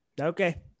Okay